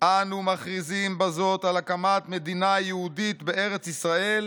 אנו מכריזים בזאת על הקמת מדינה יהודית בארץ ישראל,